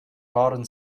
waren